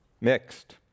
Mixed